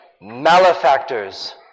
malefactors